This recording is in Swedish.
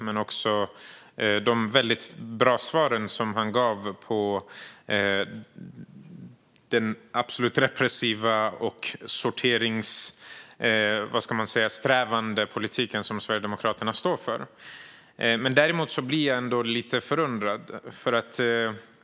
Han gav väldigt bra svar på den repressiva och sorteringssträvande politik som Sverigedemokraterna står för. Jag blir däremot lite förundrad.